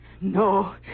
no